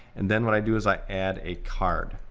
and then what i do is i add a card.